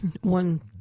one